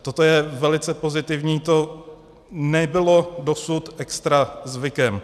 Toto je velice pozitivní, to nebylo dosud extra zvykem.